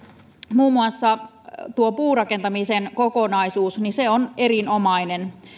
muun muassa tuo puurakentamisen kokonaisuus on erinomainen